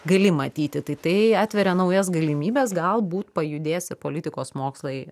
gali matyti tai tai atveria naujas galimybes galbūt pajudės ir politikos mokslai